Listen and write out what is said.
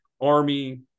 Army